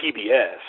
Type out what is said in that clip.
PBS